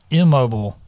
immobile